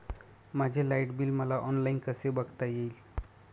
माझे light bill मला online कसे बघता येईल?